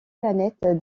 planètes